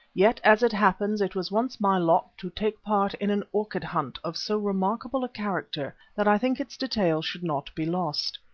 yet as it happens it was once my lot to take part in an orchid hunt of so remarkable a character that i think its details should not be lost.